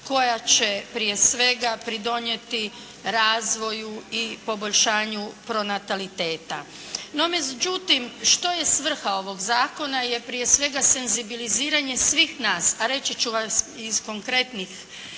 koja će prije svega pridonijeti razvoju i poboljšanju pronataliteta. No, međutim, što je svrha ovog zakona? Je prije svega senzibiliziranje svih nas, a reći ću vam iz konkretnih